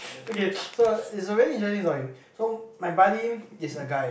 okay so it's a very interesting story so my buddy is a guy